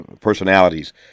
personalities